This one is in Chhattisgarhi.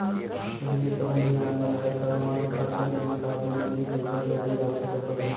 पहिली कहूँ भी जाना रहय त उहॉं के खरचा के हिसाब ले नगदी पइसा कउड़ी राखे ल परय